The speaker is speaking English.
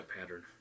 pattern